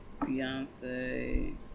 beyonce